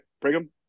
Brigham